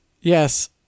yes